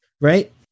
right